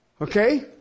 Okay